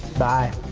by.